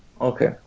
okay